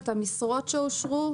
את המשרות שאושרו,